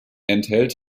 enthält